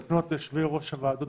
אולי אפשר לפנות ליושבי-ראש הוועדות